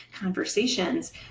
conversations